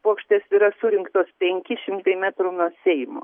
puokštės yra surinktos penki šimtai metrų nuo seimo